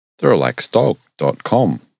therelaxeddog.com